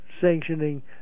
sanctioning